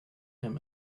him